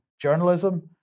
journalism